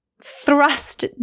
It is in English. thrust